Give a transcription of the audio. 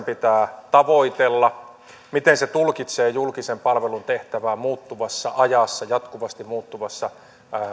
pitää tavoitella miten se tulkitsee julkisen palvelun tehtävää muuttuvassa ajassa jatkuvasti muuttuvassa